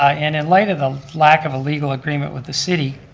ah and in light of the lack of a legal agreement with the city,